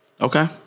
Okay